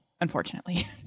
unfortunately